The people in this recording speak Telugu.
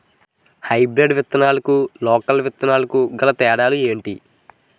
హైబ్రిడ్ విత్తనాలకు లోకల్ విత్తనాలకు గల తేడాలు ఏంటి?